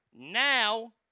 Now